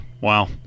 wow